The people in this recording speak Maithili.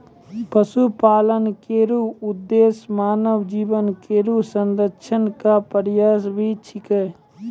पशुपालन केरो उद्देश्य मानव जीवन केरो संरक्षण क प्रयास भी छिकै